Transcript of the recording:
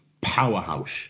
powerhouse